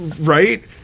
Right